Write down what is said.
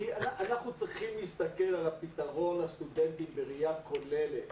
אנחנו צריכים להסתכל על הפתרון לסטודנטים בראייה כוללת.